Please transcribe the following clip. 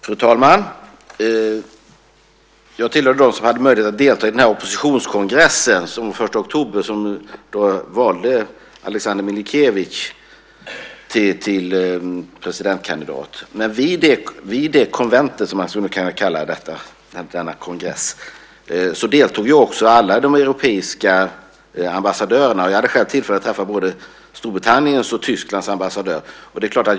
Fru talman! Jag är en av dem som hade möjlighet att delta i oppositionskongressen som den 1 oktober valde Alexandr Milinkevitj till presidentkandidat. Vid det konventet, som man skulle kunna kalla denna kongress, deltog också alla de europeiska ambassadörerna. Jag hade själv tillfälle att träffa både Storbritanniens och Tysklands ambassadör.